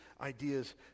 ideas